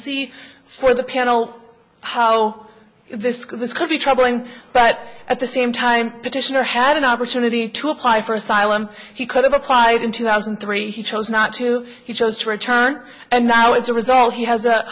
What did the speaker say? see for the panel how this could this could be troubling but at the same time petitioner had an opportunity to apply for asylum he could have applied in two thousand and three he chose not to he chose to return and now as a result he has a